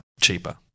cheaper